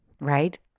right